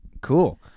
Cool